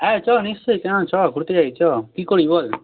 হ্যাঁ চ নিশ্চয়ই কেন না চ ঘুরতে যাই চ কী করবি বল